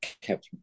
kept